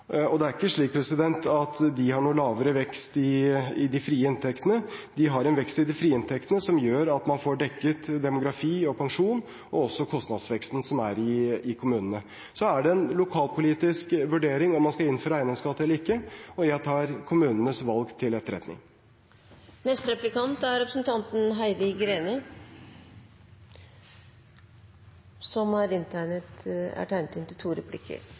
og det er ikke slik at de har lavere vekst i de frie inntektene. De har en vekst i de frie inntektene som gjør at man får dekket demografi og pensjon og også kostnadsveksten i kommunene. Så er det en lokalpolitisk vurdering om man skal innføre eiendomsskatt eller ikke, og jeg tar kommunenes valg til